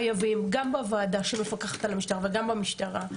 גם בוועדה שמפקחת על המשטרה וגם במשטרה,